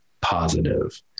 positive